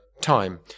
time